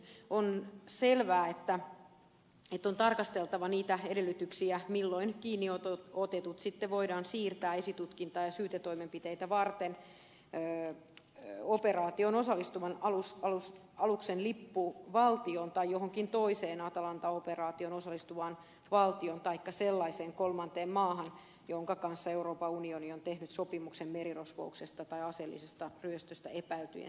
on selvää että on tarkasteltava niitä edellytyksiä milloin kiinniotetut sitten voidaan siirtää esitutkintaa ja syytetoimenpiteitä varten operaatioon osallistuvan aluksen lippuvaltioon tai johonkin toiseen atalanta operaatioon osallistuvaan valtioon taikka sellaiseen kolmanteen maahan jonka kanssa euroopan unioni on tehnyt sopimuksen merirosvouksesta tai aseellisesta ryöstöstä epäiltyjen siirtämisestä